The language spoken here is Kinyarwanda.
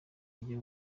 bagiye